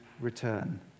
return